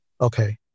Okay